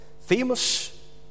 famous